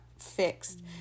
fixed